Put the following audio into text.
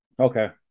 Okay